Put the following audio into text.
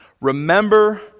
Remember